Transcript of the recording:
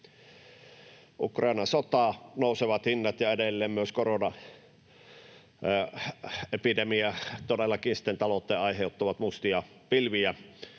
Ukrainan sota, nousevat hinnat ja edelleen myös koronaepidemia aiheuttavat todellakin talouteen mustia pilviä